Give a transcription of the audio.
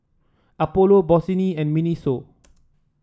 Apollo Bossini and Miniso